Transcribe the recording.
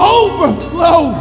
overflow